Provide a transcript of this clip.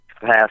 past